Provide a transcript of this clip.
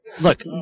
Look